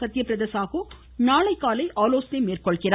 சத்ய பிரத சாகு நாளை காலை ஆலோசனை மேற்கொள்கிறார்